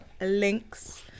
links